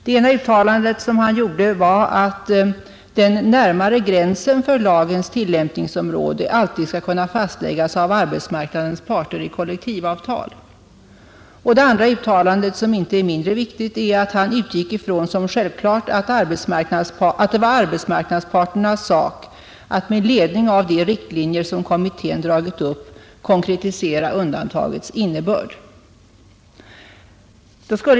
Det ena uttalandet var att den närmare gränsen för lagens tillämpningsområde alltid skulle kunna fastställas av arbetsmarknadens parter i kollektivavtal. Det andra uttalandet — som inte är mindre viktigt — var att departementschefen utgick från som något självklart att det var arbetsmarknadsparternas sak att med ledning av de riktlinjer som kommittén dragit upp konkretisera undantagens innebörd.